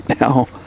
now